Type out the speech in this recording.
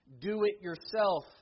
do-it-yourself